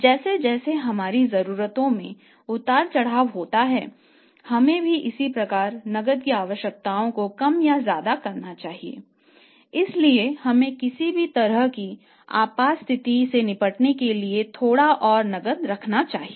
जैसे जैसे हमारी ज़रूरतों में उतार चढ़ाव होता है हमें भी इसी प्रकार नकदी की आवश्यकता को कम और ज्यादा करना चाहिए इसलिए हमें किसी भी तरह की आपात स्थिति से निपटने के लिए थोड़ा और नकदी रखना चाहिए